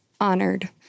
honored